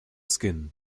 skin